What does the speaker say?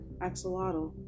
Axolotl